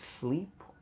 sleep